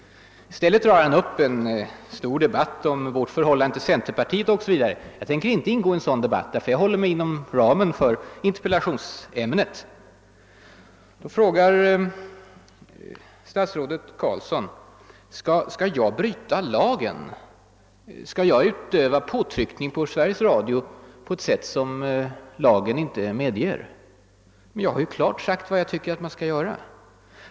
I stället försökte statsrådet dra upp en stor debatt om vårt förhållande till centerpartiet o.s.v. Jag tänker inte gå in i en sådan debatt, ty jag håller mig inom ramen för interpellationsämnet. Utbildningsministern frågade, om jag anser att han skall bryta mot lagen genom att utöva påtryckning på Sveriges Radio på ett sätt som lagen inte medger. Jag har klart sagt vad jag tycker att man skall göra.